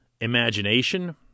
imagination